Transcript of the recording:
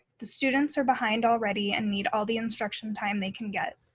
the students are behind already and need all the instruction time they can get.